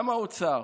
גם האוצר,